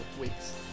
weeks